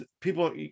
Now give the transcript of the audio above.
people